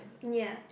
ya